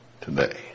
today